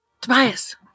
Tobias